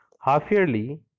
half-yearly